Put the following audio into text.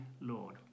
Lord